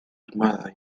armada